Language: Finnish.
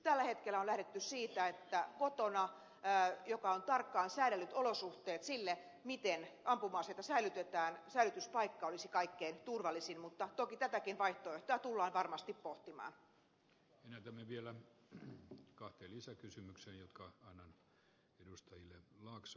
tällä hetkellä on lähdetty siitä että kotona missä on tarkkaan säädellyt olosuhteet sille miten ampuma aseita säilytetään säilytyspaikka olisi kaikkein turvallisin mutta toki tätäkin vaihtoehtoa tullaan varmasti pohtimaan menetelmiä vielä vähän kateellisia kysymyksiä jotka hänen edustajille maksu